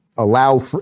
allow